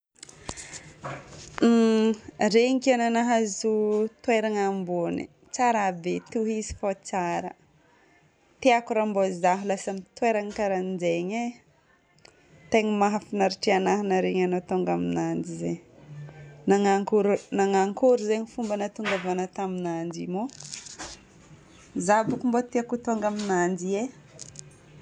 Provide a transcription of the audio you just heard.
Mmm! Regniko enao nahazo toerana ambony. Tsara be. Tohizo fô tsara. Tiako raha mbô zaho lasa amin'ny toerana karan'izegny e. Tegna mahafinaritry anahy naharegny anao tonga aminanjy zegny. Nanankory- Nanankory zegny fomba nahatongavagna taminanjy io moa? Zaho boko mba tiako ho tonga aminanjy i e.